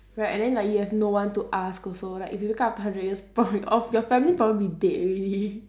right and then like you have no one to ask also like if you wake up after a hundred years probably of your family probably dead already